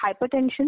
hypertension